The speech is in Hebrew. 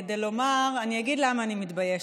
אני אגיד למה אני מתביישת,